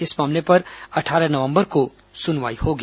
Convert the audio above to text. इस मामले पर अट्ठारह नवंबर को सुनवाई होगी